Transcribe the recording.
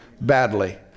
badly